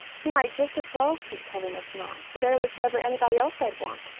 he might just as well keep coming as not, for there was never anybody else i'd want,